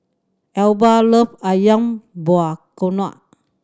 Elba love Ayam Buah Keluak